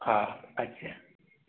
हा अच्छा